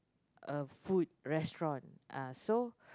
a food restaurant uh so